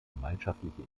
gemeinschaftliche